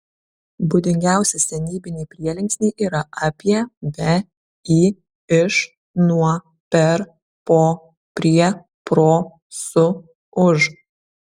būdingiausi senybiniai prielinksniai yra apie be į iš nuo per po prie pro su už